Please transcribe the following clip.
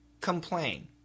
complain